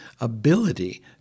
ability